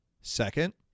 Second